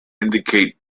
indicate